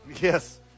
Yes